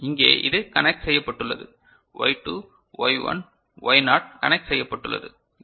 இங்கே இது கனெக்ட் செய்யப்பட்டுள்ளது Y2 Y1 Y naught connect செய்யப்பட்டுள்ளது